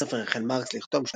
את הספר החל מארקס לכתוב